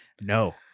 no